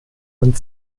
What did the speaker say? und